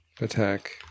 Attack